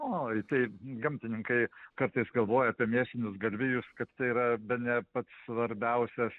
oi tai gamtininkai kartais galvoja apie mėsinius galvijus kad tai yra bene pats svarbiausias